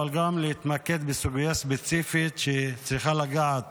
אבל גם להתמקד בסוגיה ספציפית שצריכה לגעת